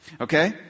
Okay